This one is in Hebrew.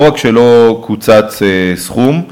לא רק שלא קוצץ סכום,